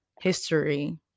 history